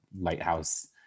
Lighthouse